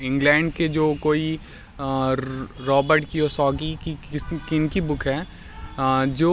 England के जो कोई रोबर्ट कियोसॉगी की इनकी बुक है जो